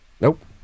Nope